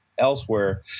elsewhere